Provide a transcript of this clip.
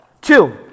Two